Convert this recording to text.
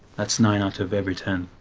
that's nine out of every ten!